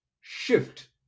shift